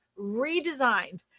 redesigned